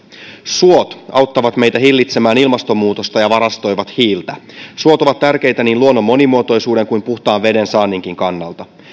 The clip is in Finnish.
suot auttavat meitä hillitsemään ilmastonmuutosta ja varastoivat hiiltä suot ovat tärkeitä niin luonnon monimuotoisuuden kuin puhtaan veden saanninkin kannalta